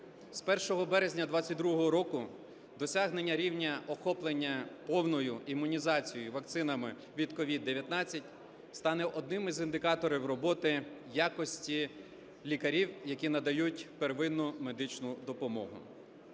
З 1 березня 22-го року досягнення рівня охоплення повною імунізацією вакцинами від COVID-19 стане одним із індикаторів роботи якості лікарів, які надають первинну медичну допомогу.